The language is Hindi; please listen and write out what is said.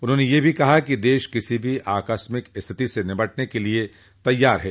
उन्होंने यह भी कहा कि देश किसी भी आकस्मिक स्थिति से निपटने के लिए तैयार है